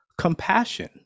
compassion